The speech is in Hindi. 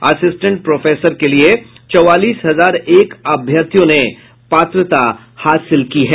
अस्सिटेंट प्रोफेसर के लिये चौवालीस हजार एक अभ्यर्थियों ने पात्रता दाखिल की है